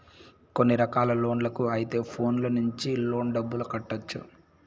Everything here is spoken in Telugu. కొన్ని రకాల లోన్లకు అయితే ఫోన్లో నుంచి లోన్ డబ్బులు కట్టొచ్చు